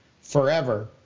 forever